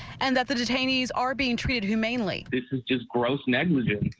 and that the detainees are being treated humanely it is just gross negligence.